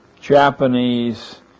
Japanese